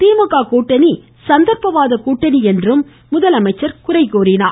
திமுக கூட்டணி சந்தர்ப்பவாத கூட்டணி என்றும் அவர் குறை கூறினார்